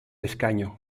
escaño